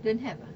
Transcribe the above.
don't have ah